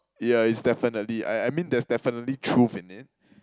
yeah is definitely I I mean there's definitely truth in it